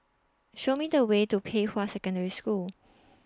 Show Me The Way to Pei Hwa Secondary School